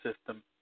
system